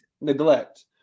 Neglect